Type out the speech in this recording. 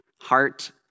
Heart